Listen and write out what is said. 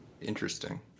interesting